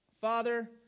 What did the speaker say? Father